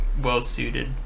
well-suited